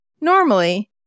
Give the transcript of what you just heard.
normally